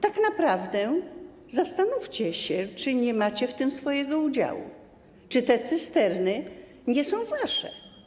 Tak naprawdę zastanówcie się, czy nie macie w tym swojego udziału, czy te cysterny nie są wasze.